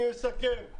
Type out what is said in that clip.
אני אסכם.